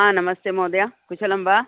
हा नमस्ते महोदय कुशलं वा